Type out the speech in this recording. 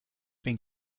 been